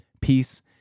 peace